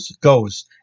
goes